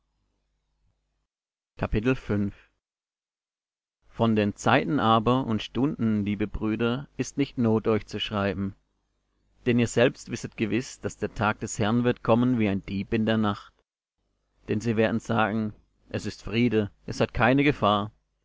von den zeiten aber und stunden liebe brüder ist nicht not euch zu schreiben denn ihr selbst wisset gewiß daß der tag des herrn wird kommen wie ein dieb in der nacht denn sie werden sagen es ist friede es hat keine gefahr